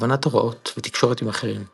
הבנת הוראות ותקשורת עם אחרים .